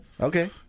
Okay